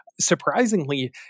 surprisingly